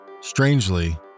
Strangely